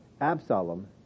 Absalom